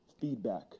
feedback